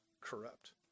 corrupt